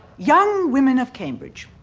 young women of cambridge,